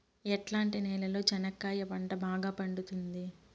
ఎట్లాంటి నేలలో చెనక్కాయ పంట బాగా పండుతుంది?